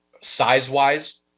size-wise